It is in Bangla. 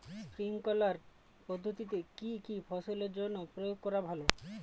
স্প্রিঙ্কলার পদ্ধতিতে কি কী ফসলে জল প্রয়োগ করা ভালো?